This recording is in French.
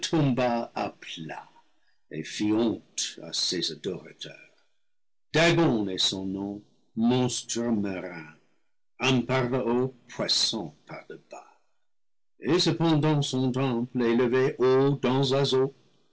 ses adorateurs dagon est son nom monstre marin homme par le haut poisson par le bas et cependant son temple élevé haut dans